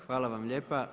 Hvala vam lijepa.